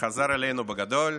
וחזר אלינו בגדול